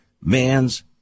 man's